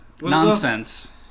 Nonsense